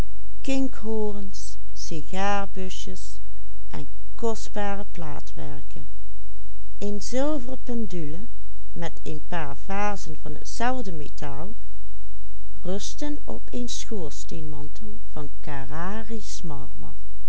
een paar vazen van hetzelfde metaal rustten op een schoorsteenmantel van